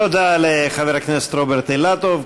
תודה לחבר הכנסת רוברט אילטוב.